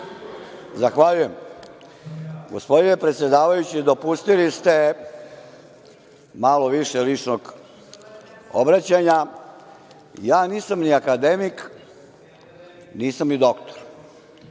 Zahvaljujem. Gospodine predsedavajući, dopustili ste mali više ličnog obraćanja. Ja nisam ni akademik, nisam ni doktor,